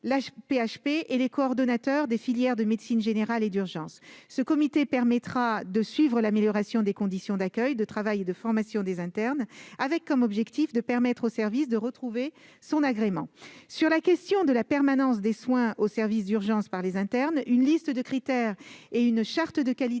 l'AP-HP et les coordonnateurs des filières de médecine générale et d'urgences. Ce comité permettra de suivre l'amélioration des conditions d'accueil, de travail et de formation des internes, l'objectif étant de permettre au service de retrouver son agrément. Pour les internes qui prennent en charge la permanence des soins aux urgences, une liste de critères et une charte de qualité